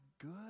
good